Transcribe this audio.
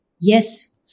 Yes